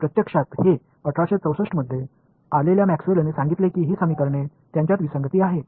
உண்மையில் 1864 இல் வந்த மேக்ஸ்வெல் தான் இந்த சமன்பாடுகளை கூறினார் அவற்றில் ஒரு முரண்பாடு உள்ளது